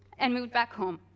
and moved back home.